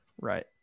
right